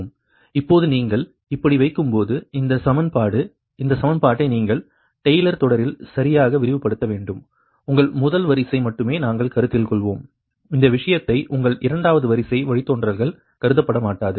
xn0∆xn இப்போது நீங்கள் இப்படி வைக்கும்போது இந்த சமன்பாடு இந்த சமன்பாட்டை நீங்கள் டெய்லர் தொடரில் சரியாக விரிவுபடுத்த வேண்டும் உங்கள் முதல் வரிசை மட்டுமே நாங்கள் கருத்தில் கொள்வோம் இந்த விஷயத்தை உங்கள் இரண்டாவது வரிசை வழித்தோன்றல்கள் கருதப்படமாட்டாது